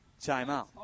timeout